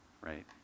Right